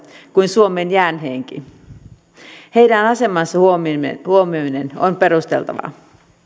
kuin suomeen jääneidenkin heidän asemansa huomioiminen huomioiminen on perusteltavaa